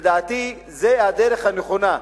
ולדעתי זאת הדרך הנכונה,